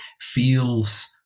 feels